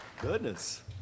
Goodness